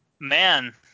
man